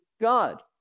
God